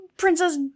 Princess